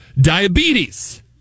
diabetes